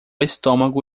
estômago